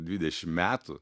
dvidešimt metų